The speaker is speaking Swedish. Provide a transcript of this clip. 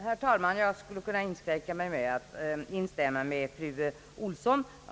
Herr talman! Jag skulle ha kunnat inskränka mig till att instämma i fru Elvy Olssons anförande.